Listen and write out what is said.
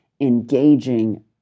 engaging